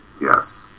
Yes